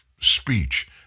speech